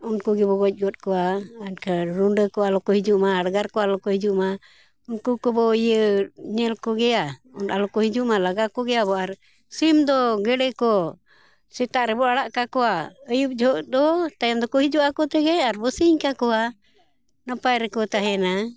ᱩᱱᱠᱩ ᱜᱮᱵᱚᱱ ᱜᱚᱡ ᱜᱚᱫ ᱠᱚᱣᱟ ᱮᱱᱠᱷᱟᱱ ᱨᱩᱸᱰᱟᱹ ᱠᱚ ᱟᱞᱚ ᱠᱚ ᱦᱤᱡᱩᱜᱼᱢᱟ ᱦᱟᱰᱜᱟᱨ ᱠᱚ ᱟᱞᱚᱠᱚ ᱦᱤᱡᱩᱜᱼᱢᱟ ᱩᱱᱠᱩ ᱠᱚᱵᱚᱱ ᱤᱭᱟᱹ ᱧᱮᱞ ᱠᱚᱜᱮᱭᱟ ᱟᱞᱚᱠᱚ ᱦᱤᱡᱩᱜᱼᱢᱟ ᱞᱟᱜᱟ ᱠᱚᱜᱮᱭᱟᱵᱚᱱ ᱟᱨ ᱥᱤᱢ ᱫᱚ ᱜᱮᱰᱮ ᱠᱚ ᱥᱮᱛᱟᱜ ᱨᱮᱵᱚᱱ ᱟᱲᱟᱜ ᱠᱟᱠᱚᱣᱟ ᱟᱹᱭᱩᱵ ᱡᱚᱠᱷᱮᱡ ᱫᱚ ᱛᱟᱭᱚᱢ ᱫᱚᱠᱚ ᱦᱤᱡᱩᱜᱼᱟ ᱟᱠᱚ ᱛᱮᱜᱮ ᱟᱨᱵᱚᱱ ᱥᱤᱧ ᱠᱟᱠᱚᱣᱟ ᱱᱟᱯᱟᱭ ᱨᱮᱠᱚ ᱛᱟᱦᱮᱱᱟ